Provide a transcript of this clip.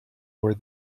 where